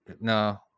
No